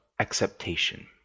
acceptation